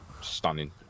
stunning